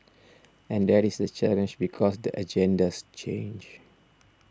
and that is the challenge because the agendas change